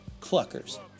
Cluckers